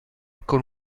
con